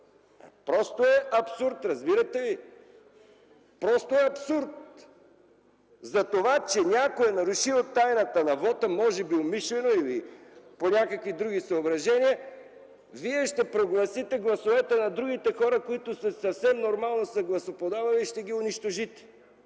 Просто е абсурд, разбирате ли?! Просто е абсурд! За това, че някой е нарушил тайната на вота, може би умишлено или по други съображения, Вие ще прогласите гласовете на другите хора, които съвсем нормално са гласоподавали, ще ги унищожите!